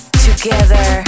together